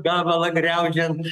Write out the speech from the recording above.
gabalą griaudžiant